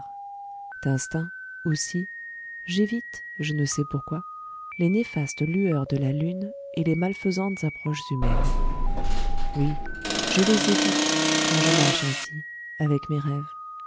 d'instinct aussi j'évite je ne sais pourquoi les néfastes lueurs de la lune et les malfaisantes approches humaines oui je les évite quand je marche ainsi avec mes rêves